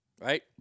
Right